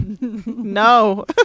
no